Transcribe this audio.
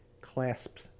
clasped